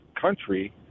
country